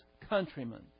countrymen